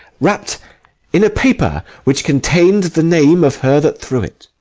wrapp'd in a paper, which contain'd the name of her that threw it.